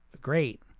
great